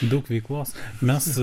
daug veiklos mes